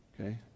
Okay